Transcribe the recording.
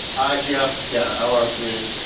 ah yeah yeah, l r three.